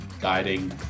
guiding